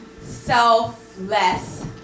selfless